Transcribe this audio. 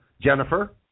Jennifer